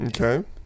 Okay